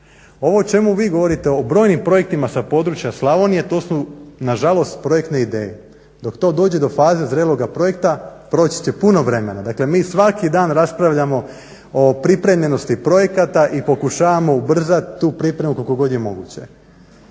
Ovo o čemu vi govorite o brojnim projektima sa područja Slavonije to su nažalost projektne ideje. Dok to dođe do faze zreloga projekta proći će puno vremena. Dakle mi svaki dan raspravljamo o pripremljenosti projekata i pokušavamo ubrzati tu pripremu koliko god je moguće.